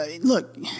look